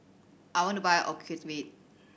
I want to buy Ocuvite